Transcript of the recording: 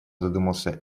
задумался